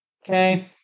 Okay